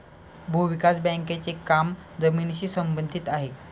भूविकास बँकेचे काम जमिनीशी संबंधित आहे